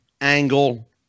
angle